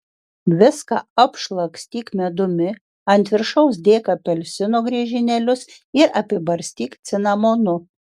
viską apšlakstyk medumi ant viršaus dėk apelsino griežinėlius ir apibarstyk cinamonu